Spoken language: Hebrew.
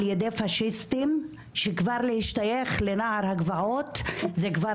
על ידי פשיסטים שכבר להשתייך לנער הגבעות זה כבר